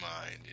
mind